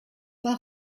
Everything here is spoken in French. pas